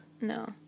No